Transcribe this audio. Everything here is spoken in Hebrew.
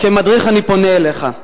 כמדריך, אני פונה אליך: